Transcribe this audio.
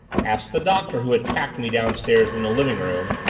ask the doctor who attacked me downstairs in the living-room,